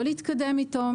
לא להתקדם איתו,